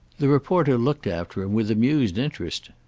the reporter looked after him with amused interest.